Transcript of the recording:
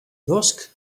bosk